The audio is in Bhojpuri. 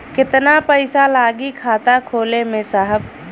कितना पइसा लागि खाता खोले में साहब?